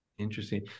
interesting